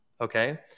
Okay